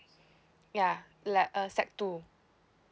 ya le~ uh sec two